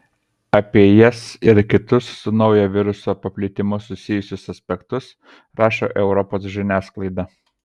apie jas ir kitus su naujo viruso paplitimu susijusius aspektus rašo europos žiniasklaida